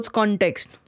context